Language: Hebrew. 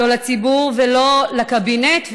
לא לציבור ולא לקבינט,